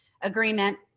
agreement